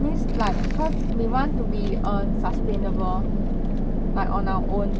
means like cause they want to be err sustainable like on our own